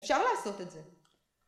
אפשר לעשות את זה